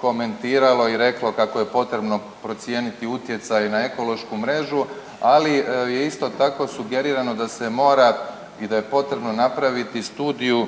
komentiralo i reklo kako je potrebno procijeniti utjecaj na ekološku mrežu, ali je isto tako sugerirano da se mora i da je potrebno napraviti studiju